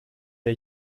der